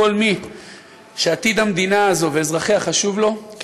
כל מי שעתיד המדינה הזאת ואזרחיה חשוב לו,